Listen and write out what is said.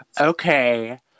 Okay